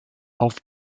auf